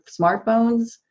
smartphones